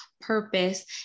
purpose